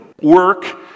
work